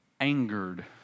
angered